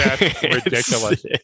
ridiculous